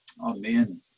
Amen